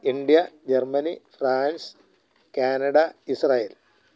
India Germany France Canada Israel